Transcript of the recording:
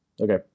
Okay